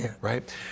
Right